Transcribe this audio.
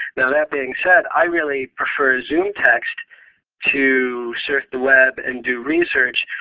now, that being said, i really prefer zoomtext to surf the web and do research,